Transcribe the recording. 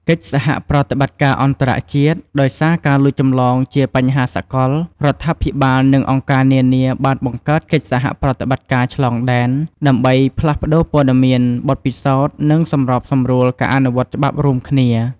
កិច្ចសហប្រតិបត្តិការអន្តរជាតិ ដោយសារការលួចចម្លងជាបញ្ហាសកល រដ្ឋាភិបាល និងអង្គការនានាបានបង្កើតកិច្ចសហប្រតិបត្តិការឆ្លងដែន ដើម្បីផ្លាស់ប្តូរព័ត៌មាន បទពិសោធន៍ និងសម្របសម្រួលការអនុវត្តច្បាប់រួមគ្នា។